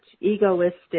egoistic